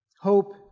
Hope